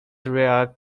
rhea